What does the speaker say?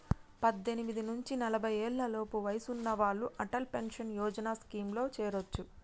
పద్దెనిమిది నుంచి నలభై ఏళ్లలోపు వయసున్న వాళ్ళు అటల్ పెన్షన్ యోజన స్కీమ్లో చేరొచ్చు